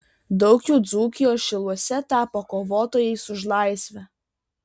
daug jų dzūkijos šiluose tapo kovotojais už laisvę